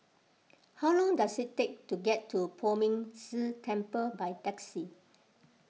how long does it take to get to Poh Ming Tse Temple by taxi